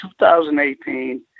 2018